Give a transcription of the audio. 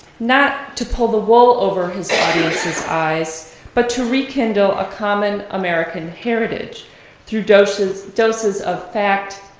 not to pull the wool over his audience's eyes, but to rekindle a common american heritage through doses doses of fact,